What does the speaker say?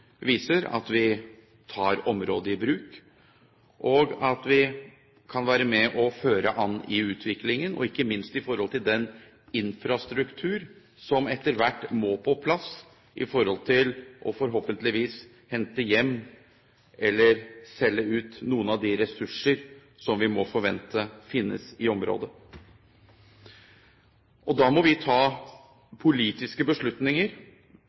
viser at vi tar området i bruk, og at vi kan være med og føre an i utviklingen – ikke minst med tanke på den infrastruktur som etter hvert må på plass for forhåpentligvis å kunne hente hjem eller selge ut noen av de ressursene som vi må forvente finnes i området. Da må vi ta politiske beslutninger